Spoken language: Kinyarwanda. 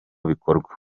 bikorwa